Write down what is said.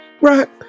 Rock